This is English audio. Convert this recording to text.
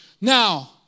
Now